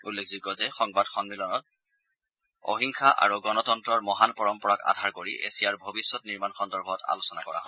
উল্লেখযোগ্য যে সংবাদ সন্মিলনত অহিংসা আৰু গণতন্ত্ৰৰ মহান পৰম্পৰাক আধাৰ কৰি এছিয়াৰ ভৱিষ্যত নিৰ্মাণ সন্দৰ্ভত আলোচনা কৰা হয়